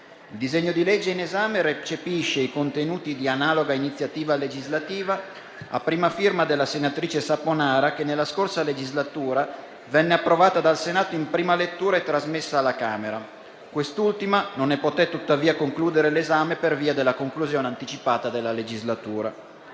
Il disegno di legge in esame recepisce i contenuti di analoga iniziativa legislativa, a prima firma della senatrice Saponara, che, nella scorsa legislatura, venne approvata dal Senato in prima lettura e trasmessa alla Camera. Quest'ultima non ne poté tuttavia concludere l'esame, per via della conclusione anticipata della legislatura.